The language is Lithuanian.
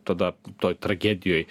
tada toj tragedijoj